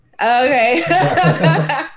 Okay